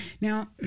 Now